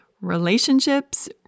relationships